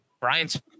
Brian's